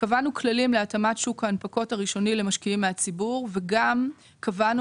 קבענו כללים להתאמת שוק ההנפקות הראשוני למשקיעים מהציבור וגם קבענו